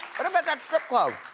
what about that strip club?